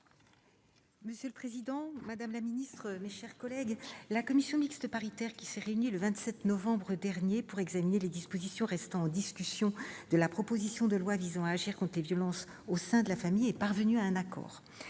Monsieur le président, madame la garde des sceaux, mes chers collègues, la commission mixte paritaire qui s'est réunie le 27 novembre dernier pour examiner les dispositions restant en discussion de la proposition de loi visant à agir contre les violences au sein de la famille est parvenue à un accord.